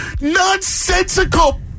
nonsensical